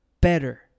better